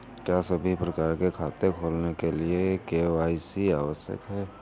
क्या सभी प्रकार के खाते खोलने के लिए के.वाई.सी आवश्यक है?